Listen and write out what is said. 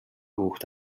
хүүхэд